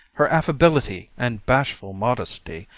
her affability and bashful modesty,